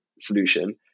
solution